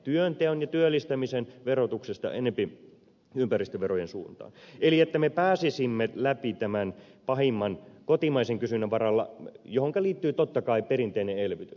työnteon ja työllistämisen verotuksesta enempi ympäristöverojen suuntaan eli että me pääsisimme tämän pahimman läpi kotimaisen kysynnän varalla mihinkä liittyy totta kai perinteinen elvytys